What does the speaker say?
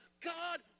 God